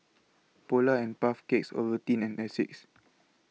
Polar and Puff Cakes Ovaltine and Asics